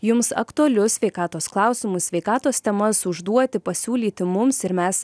jums aktualius sveikatos klausimus sveikatos temas užduoti pasiūlyti mums ir mes